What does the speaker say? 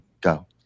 Go